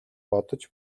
бодож